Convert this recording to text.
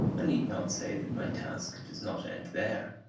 need not say that my task does not end there.